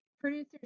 producers